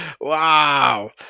wow